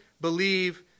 believe